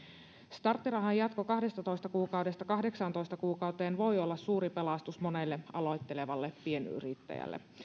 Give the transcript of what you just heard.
starttirahan jatko kahdestatoista kuukaudesta kahdeksaantoista kuukauteen voi olla suuri pelastus monelle aloittelevalle pienyrittäjälle